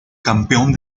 campeón